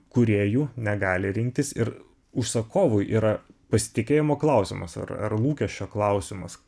kūrėjų negali rinktis ir užsakovui yra pasitikėjimo klausimas ar ar lūkesčio klausimas